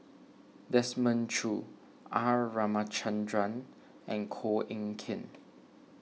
Desmond Choo R Ramachandran and Koh Eng Kian